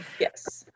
yes